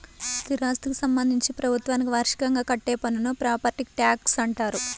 స్థిరాస్థికి సంబంధించి ప్రభుత్వానికి వార్షికంగా కట్టే పన్నును ప్రాపర్టీ ట్యాక్స్గా అంటారు